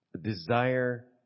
Desire